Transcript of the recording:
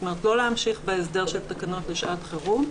זאת אומרת, לא להמשיך בהסדר של תקנות לשעת חירום.